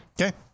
okay